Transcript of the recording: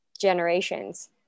generations